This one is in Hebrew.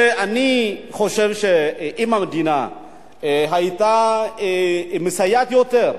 אני חושב שאם המדינה היתה מסייעת יותר,